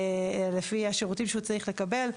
לפי השירותים שהוא צריך לקבל,